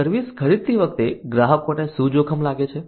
service ખરીદતી વખતે ગ્રાહકોને શું જોખમ લાગે છે